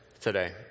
today